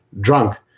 drunk